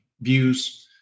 views